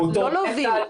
לא להוביל.